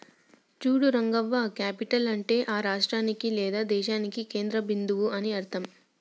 చూడు రంగవ్వ క్యాపిటల్ అంటే ఆ రాష్ట్రానికి లేదా దేశానికి కేంద్ర బిందువు అని అర్థం